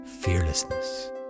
fearlessness